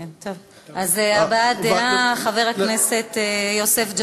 הבעת דעה, חבר הכנסת יוסף ג'בארין,